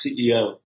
CEO